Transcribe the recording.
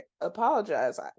apologize